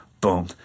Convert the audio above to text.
boom